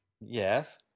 yes